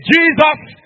Jesus